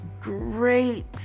great